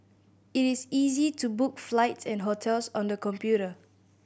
it is easy to book flights and hotels on the computer